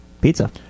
Pizza